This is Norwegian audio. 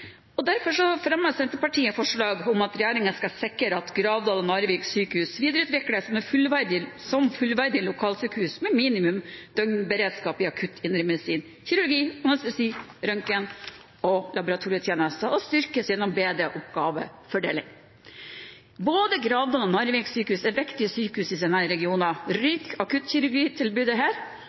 Nordland. Derfor fremmer Senterpartiet forslag om at regjeringen skal sikre at Gravdal og Narvik sykehus videreutvikles som fullverdige lokalsykehus med minimum døgnberedskap i akutt indremedisin, kirurgi, anestesi, røntgen og laboratorietjenester og styrkes gjennom bedre oppgavefordeling. Både Gravdal og Narvik sykehus er viktige sykehus i sine regioner. Ryker akuttkirurgitilbudet her,